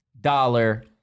dollar